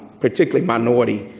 particularly minority